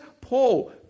Paul